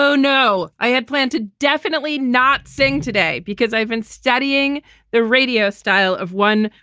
so no. i had planned to definitely not sing today because i've been studying the radio style of one.